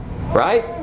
right